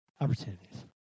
opportunities